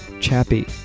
Chappie